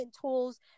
tools